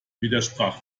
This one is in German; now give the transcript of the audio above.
widersprach